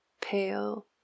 pale